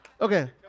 Okay